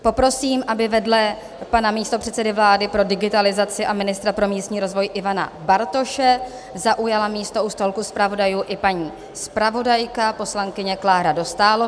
Poprosím, aby vedle pana místopředsedy vlády pro digitalizaci a ministra pro místní rozvoj Ivana Bartoše zaujala místo u stolku zpravodajů i paní zpravodajka poslankyně Klára Dostálová.